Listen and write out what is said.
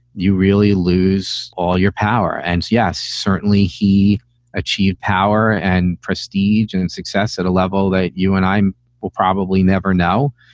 you really lose all your power. and yes, certainly he achieved power and prestige and and success at a level that you and i will probably never know.